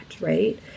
Right